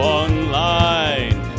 online